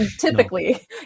typically